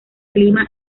clima